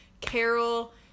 Carol